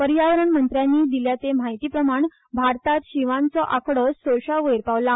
पर्यावरण मंत्र्यानी दिले ते म्हायती प्रमाण भारतान शिंवाचो आकडों सश्यां वयर पावला